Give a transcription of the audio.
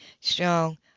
strong